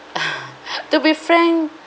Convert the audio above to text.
ah to be friend